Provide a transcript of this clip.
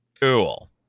Cool